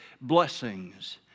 blessings